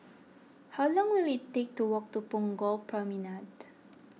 how long will it take to walk to Punggol Promenade